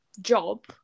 job